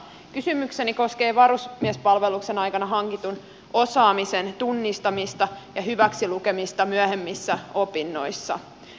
kysymykseni koskee varusmiespalveluksen aikana hankitun osaamisen tunnistamista ja hyväksi lukemista myöhemmissä opinnoissa